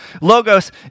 Logos